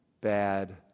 bad